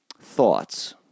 thoughts